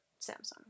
Samsung